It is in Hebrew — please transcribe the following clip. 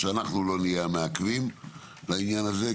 שלא אנחנו נהיה המעכבים לעניין הזה,